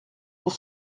pour